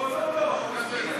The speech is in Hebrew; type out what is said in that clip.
אתה יכול לסיים.